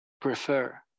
prefer